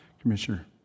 Commissioner